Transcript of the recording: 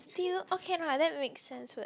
still okay lah that makes sense [what]